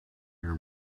hear